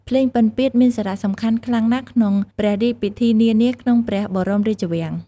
ភ្លេងពិណពាទ្យមានសារៈសំខាន់ខ្លាំងណាស់ក្នុងព្រះរាជពិធីនានាក្នុងព្រះបរមរាជវាំង។